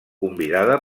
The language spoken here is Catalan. convidada